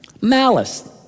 Malice